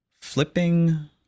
Flipping